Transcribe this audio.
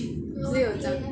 没有酱